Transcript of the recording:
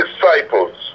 disciples